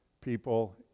people